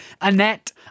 Annette